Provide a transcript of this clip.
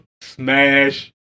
smash